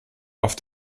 auf